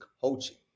coaching